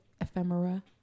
ephemera